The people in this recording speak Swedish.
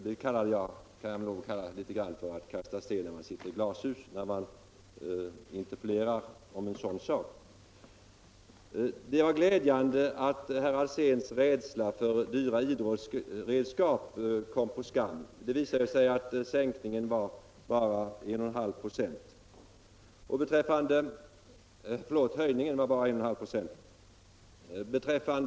Då är det ändå litet grand av att kasta sten när man sitter i glashus, när man interpellerar om en sådan sak. Det var glädjande att herr Alséns rädsla för dyra idrottsredskap kom på skam; det visade sig att höjningen var bara 1,5 96.